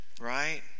Right